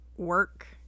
work